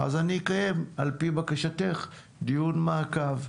אז אני אקיים על פי בקשתך דיון מעקב,